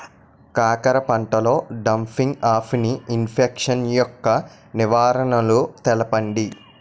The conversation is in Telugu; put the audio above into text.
కాకర పంటలో డంపింగ్ఆఫ్ని ఇన్ఫెక్షన్ యెక్క నివారణలు తెలపండి?